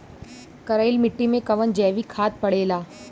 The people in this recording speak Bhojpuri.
करइल मिट्टी में कवन जैविक खाद पड़ेला?